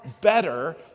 better